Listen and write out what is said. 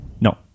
No